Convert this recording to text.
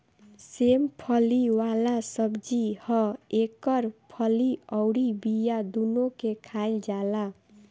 सेम फली वाला सब्जी ह एकर फली अउरी बिया दूनो के खाईल जाला